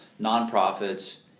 nonprofits